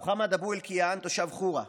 מוחמד אבו אלקיעאן, תושב חורה,